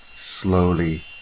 slowly